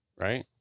right